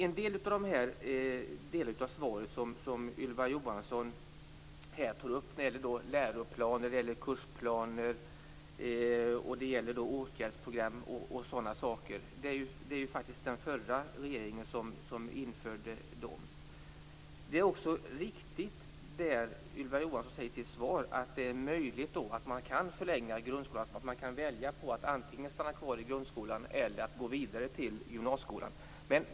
En del av svaret gäller läroplaner, kursplaner, åtgärdsprogram och sådant. Det är faktiskt den förra regeringen som införde dem. Det är riktigt, som Ylva Johansson säger i sitt svar, att det är möjligt att förlänga grundskolan, att man kan välja att antingen stanna kvar i grundskolan eller gå vidare till gymnasieskolan.